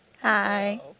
Hi